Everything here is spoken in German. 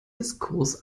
diskurs